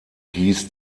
hieß